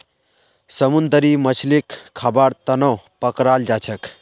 समुंदरी मछलीक खाबार तनौ पकड़ाल जाछेक